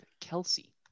Kelsey